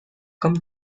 come